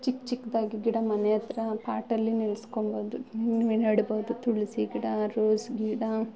ಚಿಕ್ಕ ಚಿಕ್ದಾಗಿ ಗಿಡ ಮನೆ ಹತ್ರ ಪಾಟಲ್ಲಿ ನೆಡಿಸ್ಕೋಬೌದು ಭೂಮಿಲಿ ನೆಡ್ಬೌದು ತುಳಸಿ ಗಿಡ ರೋಸ್ ಗಿಡ